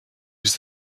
use